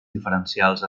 diferencials